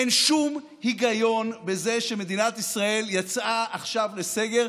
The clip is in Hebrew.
אין שום היגיון בזה שמדינת ישראל יצאה עכשיו לסגר.